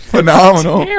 Phenomenal